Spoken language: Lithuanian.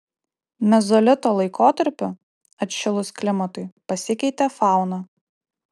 mezolito laikotarpiu atšilus klimatui pasikeitė fauna